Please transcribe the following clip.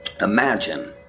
imagine